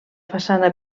façana